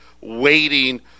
waiting